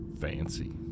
Fancy